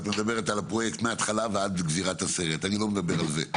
את מדברת על הפרויקט מהתחלה ועד גזירת הסרט ואני לא מדבר על זה.